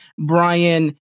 Brian